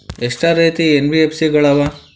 ಎಷ್ಟ ರೇತಿ ಎನ್.ಬಿ.ಎಫ್.ಸಿ ಗಳ ಅವ?